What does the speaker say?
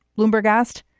bloomberg asked.